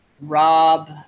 Rob